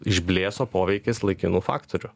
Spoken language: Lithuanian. išblėso poveikis laikinų faktorių